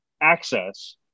access